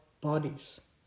bodies